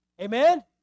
amen